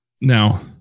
Now